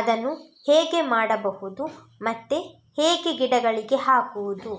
ಅದನ್ನು ಹೇಗೆ ಮಾಡಬಹುದು ಮತ್ತೆ ಹೇಗೆ ಗಿಡಗಳಿಗೆ ಹಾಕುವುದು?